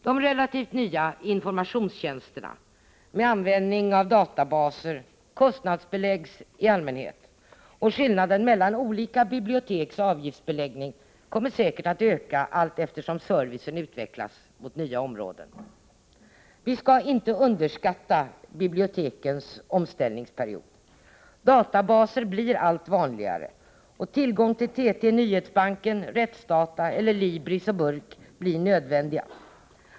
De relativt nya informationstjänsterna med användning av databaser kostnadsbeläggs i allmänhet och skillnaderna mellan olika biblioteks avgiftsbeläggning kommer säkert att öka allteftersom servicen utvecklas mot nya områden. Vi skall inte underskatta bibliotekens omställningsperiod. Databaser blir allt vanligare. Tillgång till TT, Nyhetsbanken, Rättsdata eller Libris och Burk blir nödvändiga.